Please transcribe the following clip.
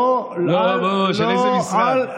שאילתות של איזה משרד?